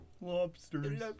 Lobsters